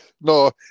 no